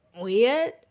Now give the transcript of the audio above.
weird